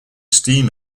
steam